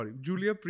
Julia